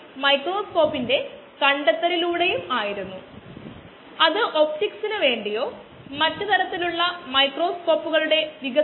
മരണമില്ലാത്തതിനാൽ കോശങ്ങളുടെ ഉപഭോഗം ഇല്ല അതിനാൽ ri ro rc എന്നിവ 0 ആണ് ആ 3 നിരക്കുകൾ പൂജ്യമാണ്